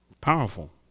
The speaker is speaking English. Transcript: Powerful